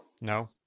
no